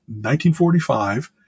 1945